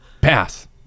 pass